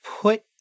put